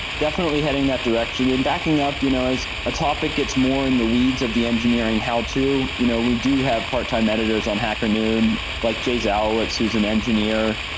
definitely heading that direction. backing up, you know as a topic it's more in the weeds of the engineering how to. you know we do have part-time editors on hacker noon, like jay zalowitz who is an engineer,